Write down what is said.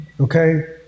okay